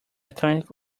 atlantic